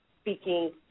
speaking